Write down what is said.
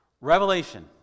Revelation